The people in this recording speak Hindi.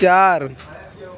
चार